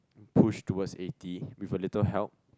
push towards eighty with a little help